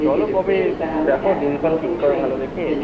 চলো কবে দেখো দিনক্ষণ ঠিক করো ভালো দেখে